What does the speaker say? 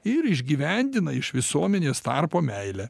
ir išgyvendina iš visuomenės tarpo meilę